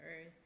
earth